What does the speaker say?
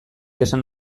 esan